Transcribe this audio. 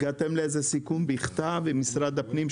הגעתם לאיזשהו סיכום בכתב עם משרד הפנים,